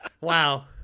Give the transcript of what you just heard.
Wow